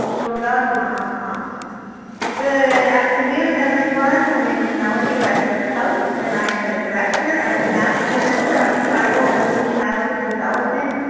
gom-daw-gyah-mah ah kah good afternoon everyone. my name is melody redbird-post and i am the director of the national center on tribal early childhood development,